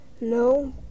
No